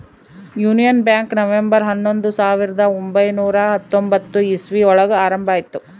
union Bank November ಹನ್ನೊಂದು ಸಾವಿರದ ಒಂಬೈನುರ ಹತ್ತೊಂಬತ್ತು ಇಸ್ವಿ ಒಳಗ ಆರಂಭ ಆಯ್ತು